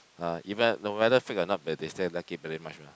uh even no matter fake or not but they still like it very much mah